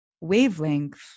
wavelength